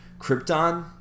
Krypton